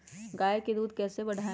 गाय का दूध कैसे बढ़ाये?